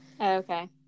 Okay